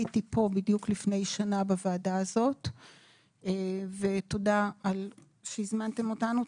הייתי פה בדיוק לפני שנה בוועדה הזאת ותודה על שהזמנתם אותנו.